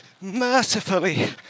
mercifully